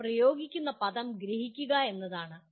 അവർ ഉപയോഗിക്കുന്ന പദം ഗ്രഹിക്കുക എന്നതാണ്